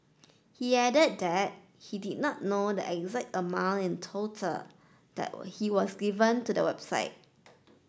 he added that he did not know the exact amount in total that he has given to the website